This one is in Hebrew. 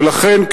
לכן,